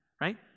right